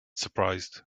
surprised